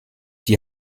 die